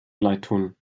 leidtun